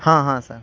ہاں ہاں سر